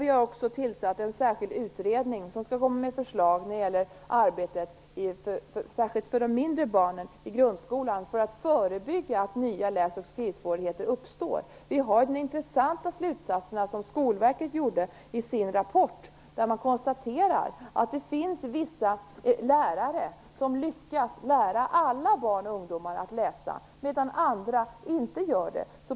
Vi har också tillsatt en särskild utredning som skall komma med förslag, särskilt när det gäller arbetet med mindre barn i grundskolan, för att förebygga att nya läs och skrivsvårigheter uppstår. Vi har de intressanta slutsatser som Skolverket drog i sin rapport. Där konstaterar man att det finns vissa lärare som lyckas lära alla barn och ungdomar att läsa, medan andra inte gör det.